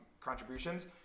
Contributions